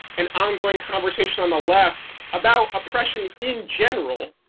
an ongoing conversation on the left about oppression in general.